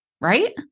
right